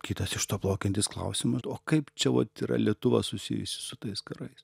kitas iš to plaukiantis klausimas o kaip čia vat yra lietuva susijusi su tais karais